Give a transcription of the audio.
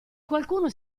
qualcuno